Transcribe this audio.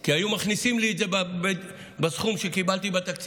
כי היו מכניסים לי את זה בסכום שקיבלתי בתקציב,